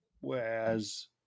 Whereas